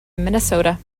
minnesota